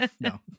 No